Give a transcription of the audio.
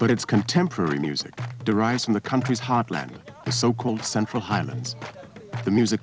but it's contemporary music derives from the country's heartland the so called central highlands the music